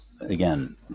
again